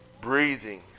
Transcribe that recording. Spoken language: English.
breathing